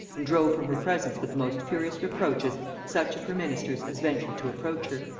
and drove from her presence with the most furious reproaches such of her ministers as ventured to approach her.